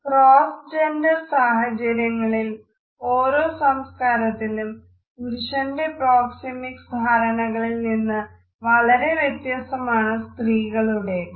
cross gender സാഹചര്യങ്ങളിൽ ഓരോ സംസ്കാരത്തിലും പുരുഷന്റെ പ്രോക്സെമിക്സ് ധാരണകളിൽനിന്ന് വളരെ വ്യത്യസ്തമാണ് സ്ത്രീകളുടേത്